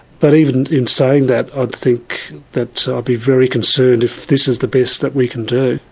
but even in saying that, i'd think that i'd be very concerned if this is the best that we can do.